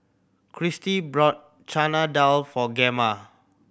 Kirstie bought Chana Dal for Gemma